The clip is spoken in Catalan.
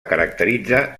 caracteritza